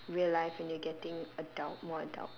real life when you're getting adult more adult